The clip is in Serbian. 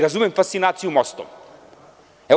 Razumem fascinaciju mostom.